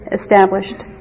established